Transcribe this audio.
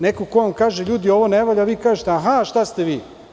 Neko vam kaže – ljudi, ovo ne valja, vi kažete – aha, šta ste vi?